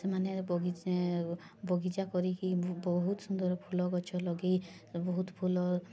ସେମାନେ ବଗିଚା ବଗିଚା କରିକି ବହୁତ ସୁନ୍ଦର ଫୁଲ ଗଛ ଲଗେଇ ବହୁତ ଫୁଲ